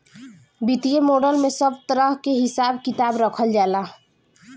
वित्तीय मॉडल में सब तरह कअ हिसाब किताब रखल जाला